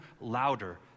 louder